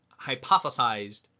hypothesized